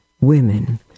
women